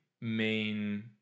main